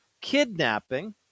kidnapping